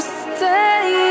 stay